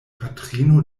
patrino